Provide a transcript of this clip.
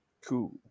Cool